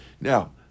Now